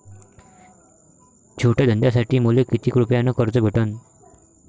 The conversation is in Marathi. छोट्या धंद्यासाठी मले कितीक रुपयानं कर्ज भेटन?